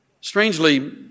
Strangely